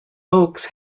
oaks